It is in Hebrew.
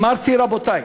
אמרתי: רבותי,